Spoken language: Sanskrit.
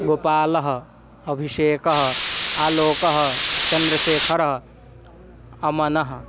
गोपालः अभिषेकः अलोकः चन्द्रशेखरः अमनः